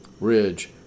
Ridge